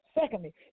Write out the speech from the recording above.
Secondly